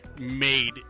made